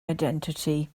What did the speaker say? identity